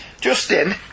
Justin